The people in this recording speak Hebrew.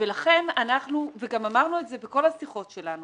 גם אמרנו את זה בכל השיחות שלנו.